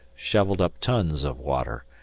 shovelled up tons of water,